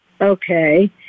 Okay